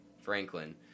Franklin